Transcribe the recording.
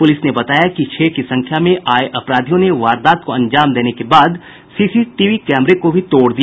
police ने बताया कि छह की संख्या में आये अपराधियों ने वारदात को अंजाम देने के बाद सीसीटीवी कैमरे को भी तोड़ दिया